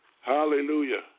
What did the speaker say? Hallelujah